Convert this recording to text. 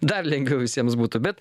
dar lengviau visiems būtų bet